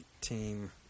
team